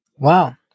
Wow